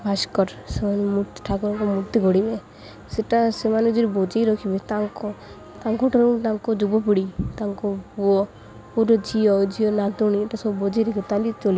ଭାସ୍କର ସେମାନେ ମୂର୍ତ୍ତି ଠାକୁରଙ୍କ ମୂର୍ତ୍ତି ଗଢ଼ିବେ ସେଟା ସେମାନେ ଯଦି ବଜେଇ ରଖିବେ ତାଙ୍କ ତାଙ୍କଠାରୁ ତାଙ୍କ ଯୁବପିଢ଼ି ତାଙ୍କୁ ପୁଅୁରୁ ଝିଅ ଝିଅ ନାତୁଣୀ ଏଟା ସବୁ ବଜେଇ ରଖେ ତାଲି ଚଲି